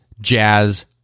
jazz